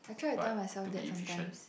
but to be efficient